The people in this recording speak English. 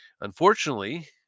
Unfortunately